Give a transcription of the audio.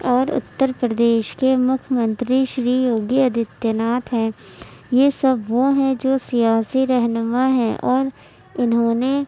اور اتر پردیش کے مکھیہ منتری شری یوگی آدتیہ ناتھ ہیں یہ سب وہ ہیں جو سیاسی رہنما ہیں اور انہوں نے